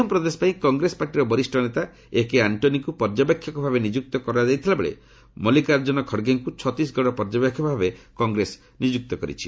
ମଧ୍ୟପ୍ରଦେଶ ପାଇଁ କଗ୍ରେସ ପାର୍ଟିର ବରିଷ୍ଣ ନେତା ଏକେ ଆଣ୍ଟ୍ରୋନିଙ୍କୁ ପର୍ଯ୍ୟବେକ୍ଷକ ଭାବେ ନିଯୁକ୍ତି କରିଥିଲା ବେଳେ ମଲ୍ଲିକାର୍ଜୁନ ଖଡ୍ଗେଙ୍କୁ ଛତିଶଗଡ଼ର ପର୍ଯ୍ୟବେକ୍ଷକ ଭାବେ ନିଯୁକ୍ତ କରାଯାଇଛି